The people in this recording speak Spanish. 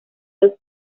los